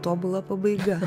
tobula pabaiga